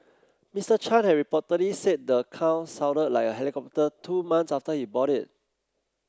Mister Chan had reportedly said the car sounded like a helicopter two months after he bought it